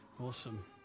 Awesome